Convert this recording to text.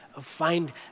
find